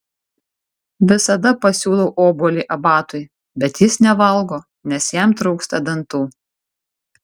visada pasiūlau obuolį abatui bet jis nevalgo nes jam trūksta dantų